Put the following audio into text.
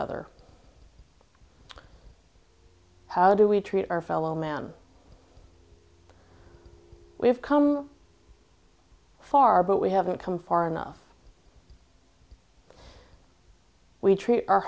other how do we treat our fellow man we have come far but we haven't come far enough we treat our